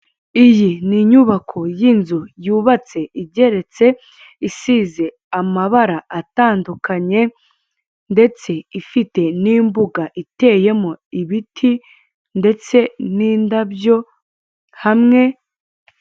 Iyi ni inyubako y'inzu yubatse igeretse, isize amabara atandukanye ndetse ifite n'imbuga iteyemo ibiti ndetse n'indabyo hamwe.